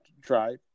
try